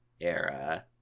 era